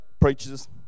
preachers